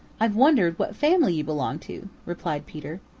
i've wondered what family you belong to, replied peter.